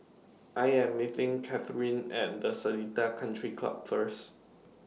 I Am meeting Catherine and Seletar Country Club First